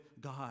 God